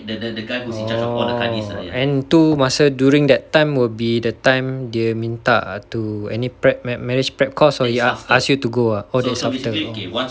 oh and tu masa during that time will be the time dia minta to any prep marriage prep course or he ask you to go ah oh that's after oh